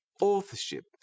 authorship